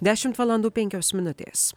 dešimt valandų penkios minutės